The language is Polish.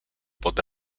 pod